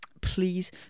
Please